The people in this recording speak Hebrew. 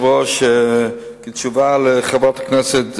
תשובה לחברת הכנסת זועבי: